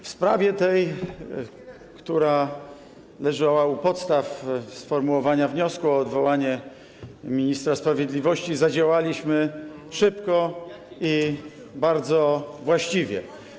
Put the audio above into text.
W sprawie, która leżała u podstaw sformułowania wniosku o odwołanie ministra sprawiedliwości, zadziałaliśmy szybko i bardzo właściwie.